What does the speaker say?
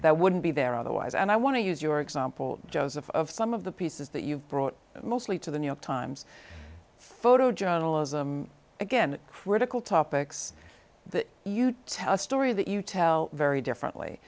that wouldn't be there otherwise and i want to use your example joseph some of the pieces that you've brought mostly to the new york times photo journalism again critical topics that you tell a story that you tell very differently